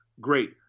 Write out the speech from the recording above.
great